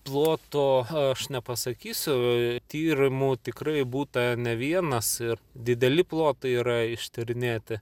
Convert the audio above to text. ploto aš nepasakysiu tyrimų tikrai būta ne vienas ir dideli plotai yra ištyrinėti